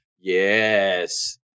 Yes